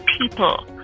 people